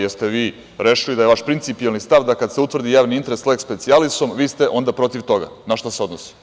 Da li ste vi rešili da je vaš principijelni stav da kada se utvrdi javni interes leks specijalisom vi ste onda protiv toga na šta se odnosi?